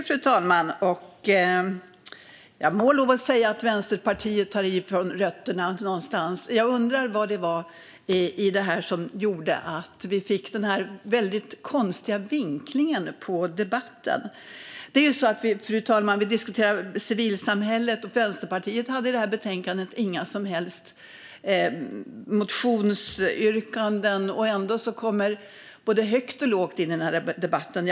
Fru talman! Vänsterpartiet tar verkligen i någonstans från rötterna. Vad var det i detta som gjorde att vi fick den här väldigt konstiga vinklingen på debatten? Vi diskuterar ju civilsamhället, fru talman, och Vänsterpartiet hade i betänkandet inga som helst motionsyrkanden. Ändå kommer man med både högt och lågt i debatten.